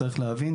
צריך להבין,